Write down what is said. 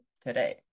today